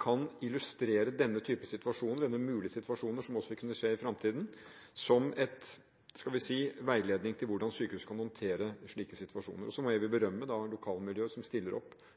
kan illustrere denne typen situasjoner eller mulige situasjoner som også vil kunne skje i fremtiden, som en – skal vi si – veiledning til hvordan sykehus kan håndtere slike situasjoner. Så må jeg berømme lokalmiljøet som stiller opp